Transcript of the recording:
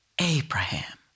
Abraham